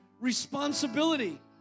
responsibility